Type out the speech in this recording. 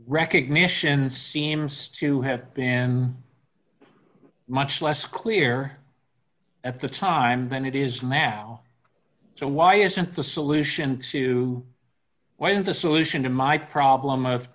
recognition seems to have been much less clear at the time than it is now so why isn't the solution to what is the solution to my problem